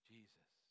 Jesus